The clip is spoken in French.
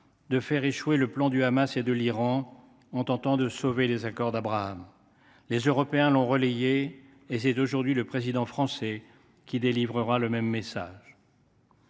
faire échouer le plan du Hamas et de l’Iran, en tentant de sauver les accords d’Abraham. Les Européens l’ont relayé ; c’est aujourd’hui le Président français qui délivre le même message.